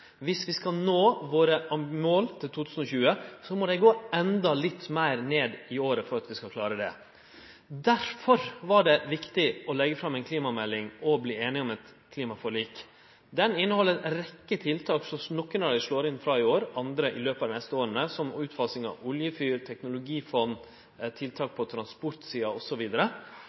vi skal nå våre mål for 2020, må dei gå endå litt meir ned i året for at vi skal klare det. Derfor var det viktig å leggje fram ei klimamelding og verte einige om eit klimaforlik. Meldinga inneheld ei rekkje tiltak. Nokre av dei slår inn frå i år, andre dei neste åra, som utfasing av oljefyr, teknologifond, tiltak på